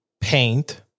Paint